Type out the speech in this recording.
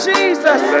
Jesus